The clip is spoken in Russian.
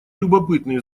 любопытный